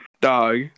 Dog